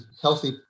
healthy